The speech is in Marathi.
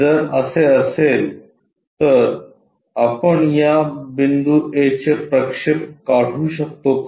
जर असे असेल तर आपण या बिंदू A चे प्रक्षेप काढू शकतो का